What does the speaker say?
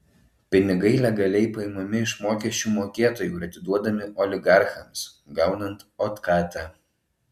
pinigai legaliai paimami iš mokesčių mokėtojų ir atiduodami oligarchams gaunant otkatą